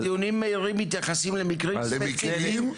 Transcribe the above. ודיונים מהירים מתייחסים למקרים ספציפיים,